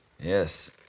Yes